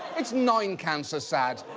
it's nine-cancer sad.